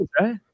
right